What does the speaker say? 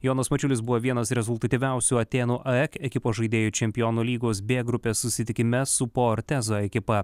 jonas mačiulis buvo vienas rezultatyviausių atėnų aek ekipos žaidėjų čempionų lygos b grupės susitikime su portezo ekipa